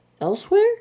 elsewhere